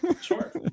Sure